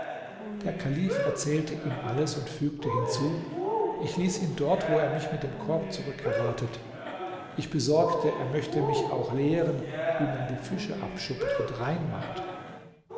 der kalif erzählte ihm alles und fügte hinzu ich ließ ihn dort wo er mich mit dem korb zurückerwartet ich besorgte er möchte mich auch lehren wie man die fische abschuppt und rein